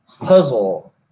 puzzle